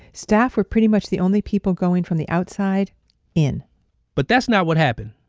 staff were pretty much the only people going from the outside in but that's not what happened.